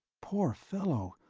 poor fellow,